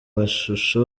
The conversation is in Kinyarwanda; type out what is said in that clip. mashusho